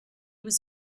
was